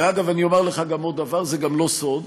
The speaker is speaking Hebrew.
אגב, אני אומר לך גם עוד דבר, זה גם לא סוד,